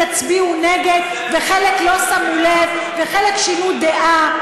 יצביעו נגד וחלק לא שמו לב וחלק שינו דעה.